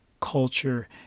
culture